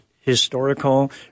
historical